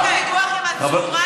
אין לך ויכוח עם הצד הזה של המליאה.